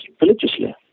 religiously